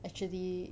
actually